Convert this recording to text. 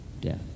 death